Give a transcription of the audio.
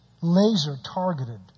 laser-targeted